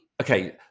okay